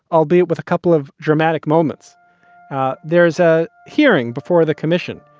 albeit with a couple of dramatic moments there is a hearing before the commission.